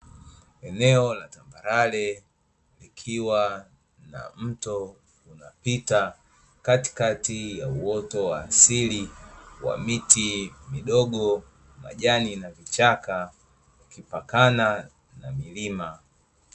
Eneo la tambalale likiwa na mto unapita katikati ya uoto wa asili wa miti midogo, majani na vichaka ikipakana na milima.